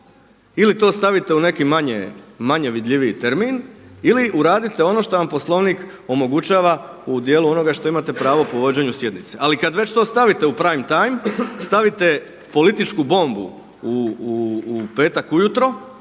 ili to stavite u neki manje vidljiviji termin, ili uradite ono što vam Poslovnik omogućava u djelu onoga što imate pravo po vođenju sjednice. Ali kad već to stavite u prime time stavite političku bombu u petak ujutro